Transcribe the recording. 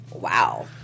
Wow